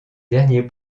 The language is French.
dernier